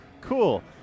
cool